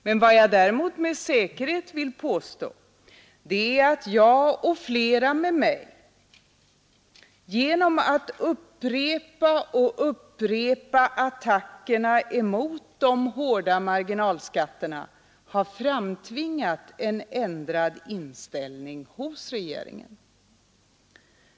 Men vad jag däremot med säkerhet vill påstå är att jag och flera med mig genom att gång på gång upprepa attackerna mot de hårda marginalskatterna har framtvingat en ändrad inställning hos regeringen.